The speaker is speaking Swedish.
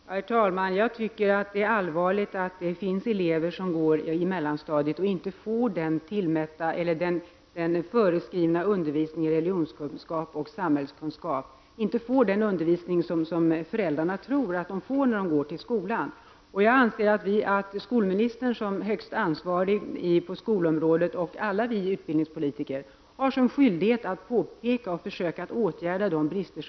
Herr talman! Jag tycker att det är allvarligt att det finns elever som går i mellanstadiet och inte får den föreskrivna undervisningen i religionskunskap och samhällskunskap, inte får den undervisning som föräldrarna tror att eleverna får i skolan. Jag anser att skolministern som högste ansvarig på skolområdet och alla vi utbildningspolitiker har skyldighet att påpeka och försöka åtgärda bristerna.